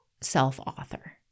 self-author